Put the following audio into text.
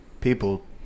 people